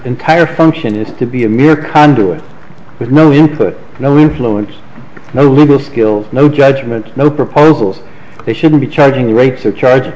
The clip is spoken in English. entire function is to be a mere conduit with no input no influence no legal skills no judgment no proposals they shouldn't be charging rates or charge